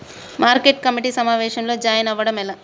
Market committee సమావేశంలో join అవ్వడం ఎలా?